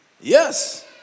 Yes